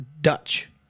Dutch